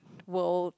world